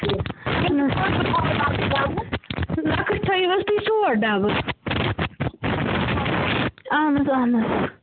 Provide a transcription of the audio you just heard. لکٕٹۍ تھٲیِو حظ تُہۍ ژور ڈَبہٕ اَہَن حظ اَہن حظ